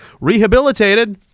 rehabilitated